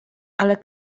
ale